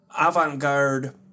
avant-garde